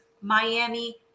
Miami